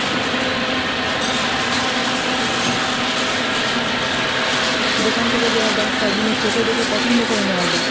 দোকান থেকে দেওয়া দশটা জিনিস চোখে দেখে পছন্দ করে নেওয়া যায়